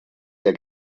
der